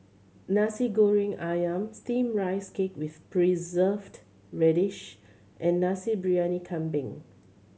Nasi Goreng Ayam Steamed Rice Cake with Preserved Radish and Nasi Briyani Kambing